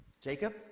Jacob